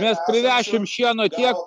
mes privešim šieno tiek